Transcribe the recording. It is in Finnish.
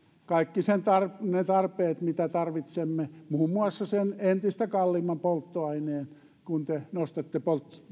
kaikki ne tarpeet mitä tarvitsemme muun muassa sen entistä kalliimman polttoaineen kun te nostatte